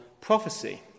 prophecy